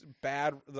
bad